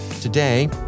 Today